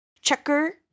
Checker